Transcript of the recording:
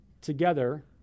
together